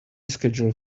schedule